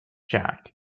jack